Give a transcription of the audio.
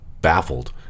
baffled